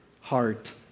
heart